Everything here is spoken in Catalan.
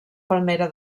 palmera